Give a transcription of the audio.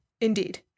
Indeed